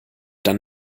dann